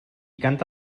canta